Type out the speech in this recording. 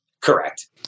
Correct